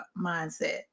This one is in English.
mindset